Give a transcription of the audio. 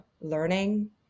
learning